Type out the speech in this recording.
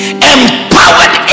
empowered